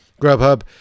Grubhub